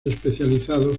especializados